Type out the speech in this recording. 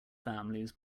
families